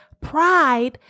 pride